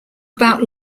about